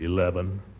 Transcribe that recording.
Eleven